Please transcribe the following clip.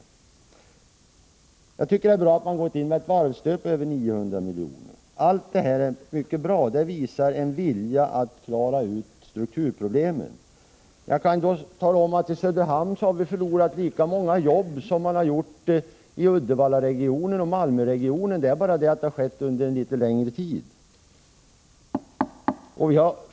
Jag tycker att det är bra att man har gått in med ett varvsstöd på över 900 milj.kr. Allt detta är mycket bra, och det visar att det finns en vilja att klara av strukturproblemen. Jag kan i detta sammanhang tala om att vi har förlorat lika många jobb i Söderhamn som man har förlorat i Uddevallaregionen och Malmöregionen. Det är bara det att det i Söderhamn har förlorats arbeten under en något längre tid.